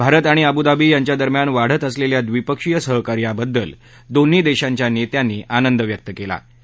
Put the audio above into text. भारत आणि अबूधाबी यांच्या दरम्यान वाढत असलव्धि द्विपक्षीय सहकार्याबद्दल दोन्ही दक्षीच्या नस्यिांनी आनंद व्यक्त कवी